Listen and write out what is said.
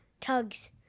tugs